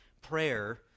prayer